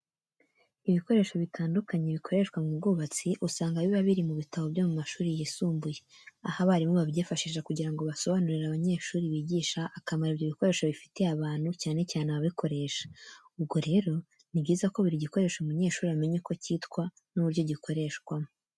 Ibikoresho bitandukanye bikoreshwa mu bwubatsi usanga biba biri mu bitabo byo mu mashuri yisumbuye, aho abarimu babyifashisha kugira ngo basobanurire abanyeshuri bigisha akamaro ibyo bikoresho bifitiye abantu cyane cyane ababikoresha. Ubwo rero, ni byiza ko buri gikoresho umunyeshuri amenya uko cyitwa n'uburyo gikoreshwamo.